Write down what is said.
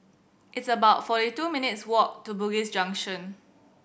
it's about forty two minutes' walk to Bugis Junction